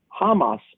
Hamas